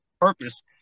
purpose